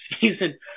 season